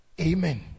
amen